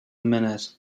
minute